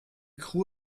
crew